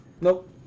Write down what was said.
Nope